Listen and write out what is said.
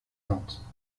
nantes